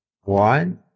one